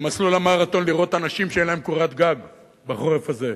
במסלול המרתון לראות אנשים שאין להם קורת גג בחורף הזה.